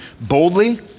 boldly